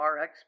RX